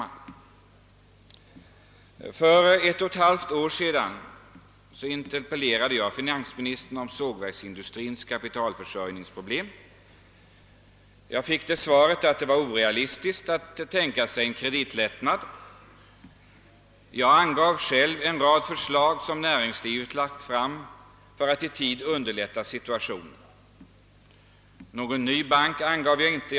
För ett och ett halvt år sedan interpellerade jag finansministern om sågverksindustrins kapitalförsörjningsproblem. Jag fick till svar att det var orealistiskt att tänka sig en kreditlättnad. Jag angav själv en rad förslag som näringslivet lagt fram för att i tid underlätta situationen. Någon ny bank föreslog jag inte.